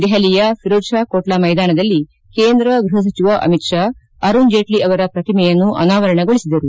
ದೆಹಲಿಯ ಫಿರೋಜ್ ಶಾ ಕೋಟ್ಲಾ ಮೈದಾನದಲ್ಲಿ ಕೇಂದ್ರ ಗೃಹ ಸಚಿವ ಅಮಿತ್ ಶಾ ಅರುಣ್ ಜೇಟ್ಲಿ ಅವರ ಪ್ರತಿಮೆಯನ್ನು ಅನಾವರಣಗೊಳಿಸಿದರು